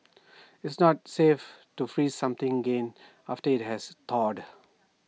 IT is not safe to freeze something again after IT has thawed